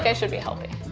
yeah should be helping.